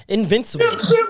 Invincible